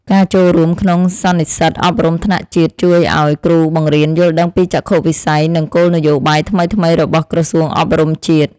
ការចូលរួមក្នុងសន្និសីទអប់រំថ្នាក់ជាតិជួយឱ្យគ្រូបង្រៀនយល់ដឹងពីចក្ខុវិស័យនិងគោលនយោបាយថ្មីៗរបស់ក្រសួងអប់រំជាតិ។